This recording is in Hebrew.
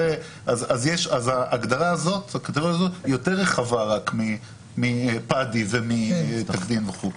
ההגדרה הזאת יותר רחבה רק מפד"י תקדין וכו'.